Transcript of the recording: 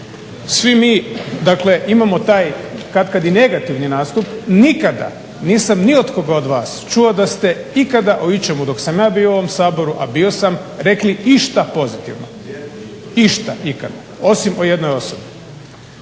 dakle imamo taj katkad i negativni nastup. Nikada nisam ni od koga od vas čuo da ste ikada o ičemu dok sam ja bio u ovom Saboru a bio sam, rekli išta pozitivno. Išta ikad osim o jednoj osobi.